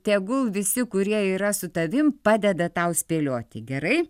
tegul visi kurie yra su tavim padeda tau spėlioti gerai